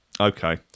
Okay